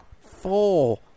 Four